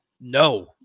No